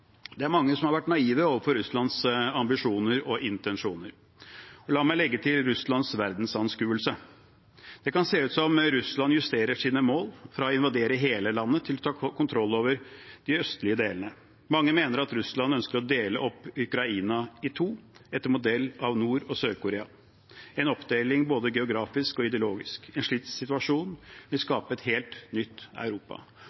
Det er mange som har vært naive overfor Russlands ambisjoner og intensjoner, og la meg legge til Russlands verdensanskuelse. Det kan se ut som om Russland justerer sine mål fra å invadere hele landet til å ta kontroll over de østlige delene. Mange mener at Russland ønsker å dele opp Ukraina i to etter modell av Nord- og Sør-Korea – en oppdeling både geografisk og ideologisk. En slik situasjon vil